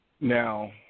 Now